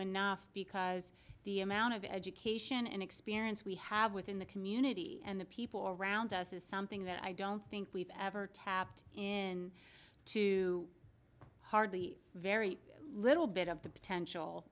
enough because the amount of education and experience we have within the community and the people around us is something that i don't think we've ever tapped in too hard the very little bit of the potential